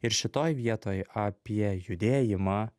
ir šitoj vietoj apie judėjimą